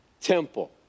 temple